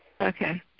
Okay